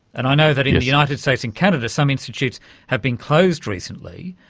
and i know that in the united states and canada, some institutes have been closed recently.